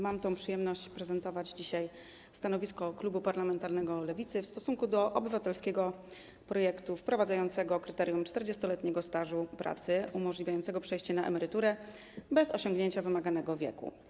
Mam przyjemność prezentować dzisiaj stanowisko klubu parlamentarnego Lewicy wobec obywatelskiego projektu ustawy wprowadzającego kryterium 40-letniego stażu pracy umożliwiającego przejście na emeryturę bez osiągnięcia wymaganego wieku.